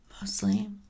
mostly